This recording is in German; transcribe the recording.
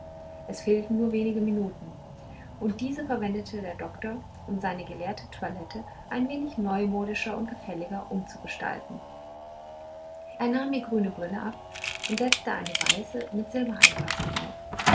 es fehlten nur wenige minuten und diese verwendete der doktor um seine gelehrte toilette ein wenig neumodischer und gefälliger umzugestalten er nahm die grüne brille ab und setzte eine weiße mit silbereinfassung auf